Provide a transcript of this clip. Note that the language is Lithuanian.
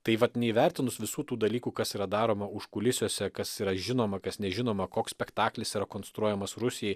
tai vat neįvertinus visų tų dalykų kas yra daroma užkulisiuose kas yra žinoma kas nežinoma koks spektaklis yra konstruojamas rusijai